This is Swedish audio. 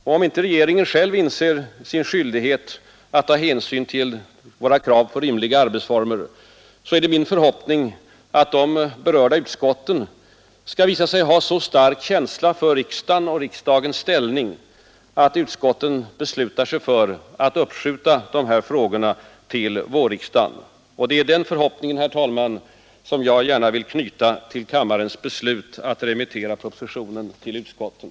Om inte regeringen själv inser sin skyldighet att ta hänsyn till våra krav på rimliga arbetsformer, är det min förhoppning att de berörda utskotten skall visa sig ha så stark känsla för riksdagen och dess ställning, att utskotten beslutar att uppskjuta ärendets avgörande till vårriksdagen. Det är den förhoppningen, herr talman, som jag gärna vill knyta till kammarens beslut att remittera propositionen till utskotten.